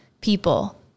people